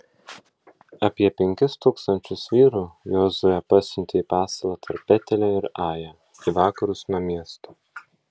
apie penkis tūkstančius vyrų jozuė pasiuntė į pasalą tarp betelio ir ajo į vakarus nuo miesto